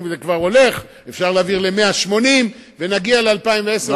זה כבר הולך ואפשר להעביר ל-180 ונגיע ל-2010,